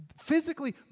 physically